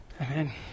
Amen